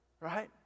right